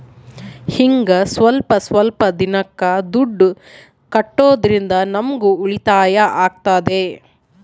ಹಿಂಗ ಸ್ವಲ್ಪ ಸ್ವಲ್ಪ ದಿನಕ್ಕ ದುಡ್ಡು ಕಟ್ಟೋದ್ರಿಂದ ನಮ್ಗೂ ಉಳಿತಾಯ ಆಗ್ತದೆ